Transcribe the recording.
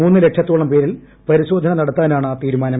മൂന്ന് ലക്ഷത്തോളം പേരിൽ പരിശോധന്യ നടത്താനാണ് തീരുമാനം